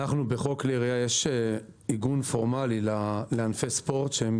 אנחנו בחוק, לירי יש עיגון פורמלי לענפי ספורט שהם